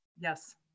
Yes